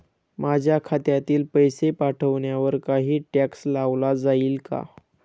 माझ्या खात्यातील पैसे पाठवण्यावर काही टॅक्स लावला जाईल का?